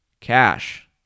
cash